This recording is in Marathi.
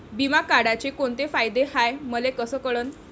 बिमा काढाचे कोंते फायदे हाय मले कस कळन?